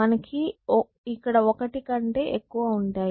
మనకి ఇక్కడ ఒకటి కంటే ఎక్కువ ఉంటాయి